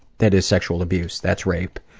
that is sexual abuse. that's rape.